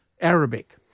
Arabic